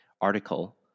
article